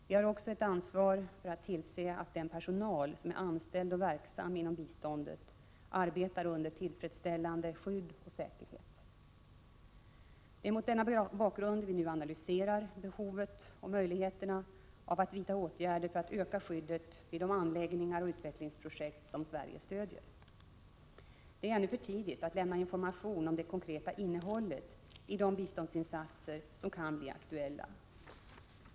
Vi har också ett ansvar att tillse att den personal som är anställd och verksam inom biståndet arbetar under tillfredsställande skydd och säkerhet. Det är mot denna bakgrund som vi nu analyserar behovet och möjligheternaatt vidta åtgärder för att öka skyddet vid de anläggningar och utvecklingsprojekt som Sverige stödjer. Det är ännu för tidigt att lämna information om det konkreta innehållet i de biståndsinsatser som kan bli aktuella.